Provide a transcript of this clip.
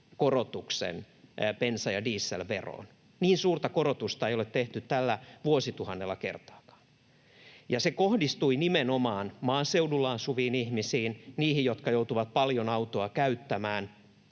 korotuksen bensa- ja dieselveroon. Niin suurta korotusta ei ole tehty tällä vuosituhannella kertaakaan. Se kohdistui nimenomaan maaseudulla asuviin ihmisiin, niihin, jotka joutuvat paljon autoa käyttämään,